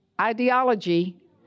ideology